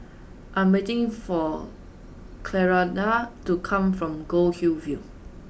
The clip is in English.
I am waiting for Clarinda to come from Goldhill View